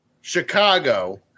Chicago